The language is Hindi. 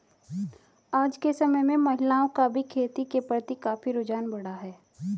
आज के समय में महिलाओं का भी खेती के प्रति काफी रुझान बढ़ा है